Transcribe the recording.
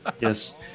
Yes